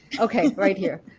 okay, right here,